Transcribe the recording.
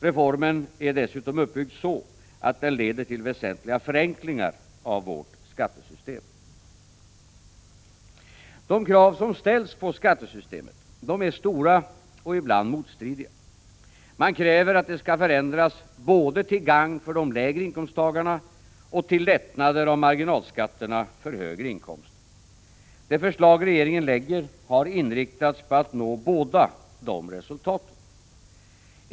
Reformen är dessutom uppbyggd så, att den leder till väsentliga förenklingar av vårt skattesystem. De krav som ställs på skattesystemet är stora och ibland motstridiga. Man kräver att det skall förändras både till gagn för de lägre inkomsttagarna och till lättnader av marginalskatterna för högre inkomster. Det förslag regeringen lägger fram har inriktats på att nå båda dessa resultat.